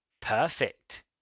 perfect